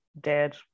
dead